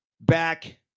back